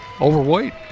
overweight